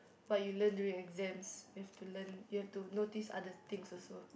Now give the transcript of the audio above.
what you learn during exams you have to learn you have to notice other things also